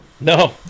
No